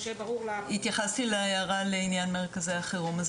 התייחסתי להערה לעניין מרכזי החירום,